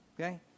Okay